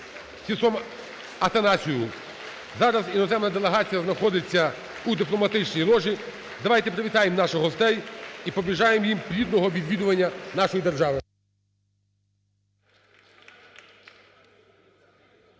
Атанасісом Атанасіосом. Зараз іноземна делегація знаходиться у дипломатичній ложі. (Оплески) Давайте привітаємо наших гостей і побажаємо їм плідного відвідування нашої держави.